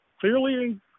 clearly